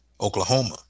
Oklahoma